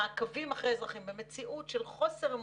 במעקבים אחרי אזרחים במציאות של חוסר אמון,